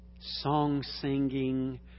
song-singing